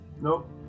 Nope